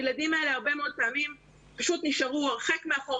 הילדים האלה הרבה מאוד פעמים פשוט נשארו הרחק מאחור,